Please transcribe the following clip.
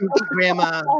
Grandma